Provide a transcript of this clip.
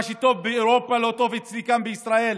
מה שטוב באירופה לא טוב אצלי כאן בישראל?